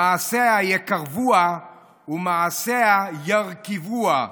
"מעשיה יקרבוה ומעשיה ירקבוה".